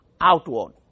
outward